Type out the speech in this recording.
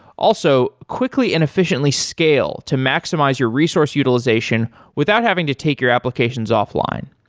also, quickly and efficiently scale to maximize your resource utilization without having to take your applications offline.